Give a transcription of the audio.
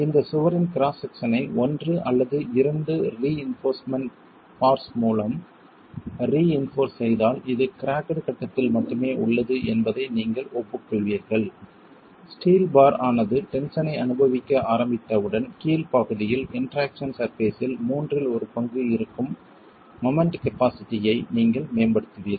இந்த சுவரின் கிராஸ் செக்சனை ஒன்று அல்லது இரண்டு ரிஇன்போர்ஸ்மென்ட் பார்ஸ் மூலம் ரிஇன்போர்ஸ் செய்தால் அது கிராக்டு கட்டத்தில் மட்டுமே உள்ளது என்பதை நீங்கள் ஒப்புக்கொள்வீர்கள் ஸ்டீல் பார் ஆனது டென்ஷனை அனுபவிக்க ஆரம்பித்தவுடன் கீழ் பாதியில் இன்டெராக்சன் சர்பேஸ்ஸில் மூன்றில் ஒரு பங்கு இருக்கும் மொமெண்ட் கபாஸிட்டி ஐ நீங்கள் மேம்படுத்துவீர்கள்